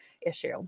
issue